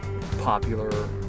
popular